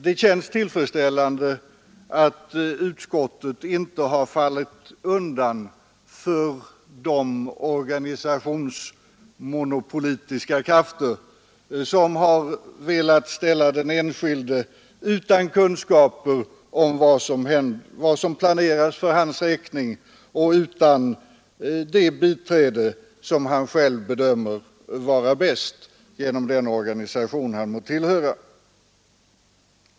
Det är tillfredsställande att utskottet inte har fallit undan för de organisationsmonopolistiska krafter som har velat ställa den enskilde utan kunskaper om vad som planeras för hans räkning och utan det biträde som han själv bedömer vara bäst — genom den organisation han må tillhöra.